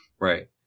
Right